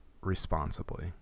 responsibly